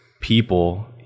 people